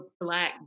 black